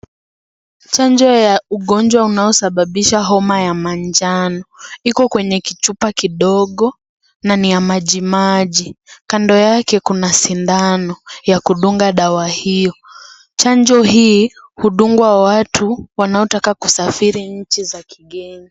Chanjo ya ugonjwa unaosababisha homa ya manjano. Iko kwenye kichupa kidogo na ni ya majimaji. Kando yake kuna sindano ya kudunga dawa hiyo. Chanjo hii hudungwa watu wanaotaka kusafiri nchi za kigeni.